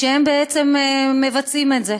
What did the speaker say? והם בעצם מבצעים את זה.